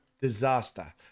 disaster